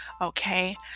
okay